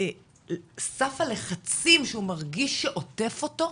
סף הלחצים שהוא מרגיש שעוטף אותו,